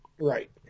Right